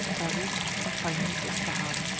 tauriz, and finally ispahan.